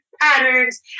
patterns